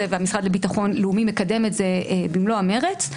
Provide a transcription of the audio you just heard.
והמשרד לביטחון לאומי מקדם את זה במלוא המרץ,